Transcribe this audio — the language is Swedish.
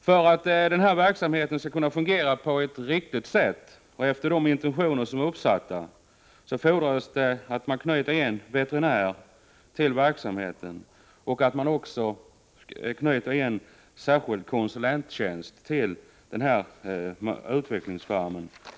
För att den här verksamheten skall kunna fungera på ett riktigt sätt och efter de intentioner man har med den fordras det att det knyts en veterinär till verksamheten och att det inrättas en konsulenttjänst vid denna utvecklingsfarm.